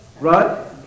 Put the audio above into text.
Right